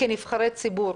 כנבחרי ציבור,